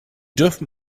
dürfen